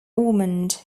ormond